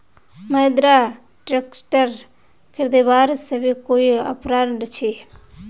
Mahindra tractor खरीदवार अभी कोई ऑफर छे?